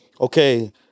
okay